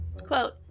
Quote